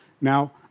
Now